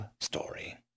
story